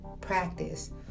Practice